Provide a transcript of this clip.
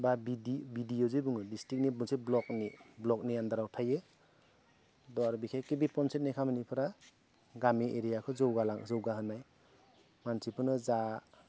बा बिडिअ जे बुङो डिस्ट्रिक्टनि मोनसे ब्ल'कनि आन्दाराव थायो बे आरो बिखेखकै बे पन्सायतनि खामानिफोरा गामि एरियाखौ जौगालां जौगाहोनाय मानसिफोरनो जा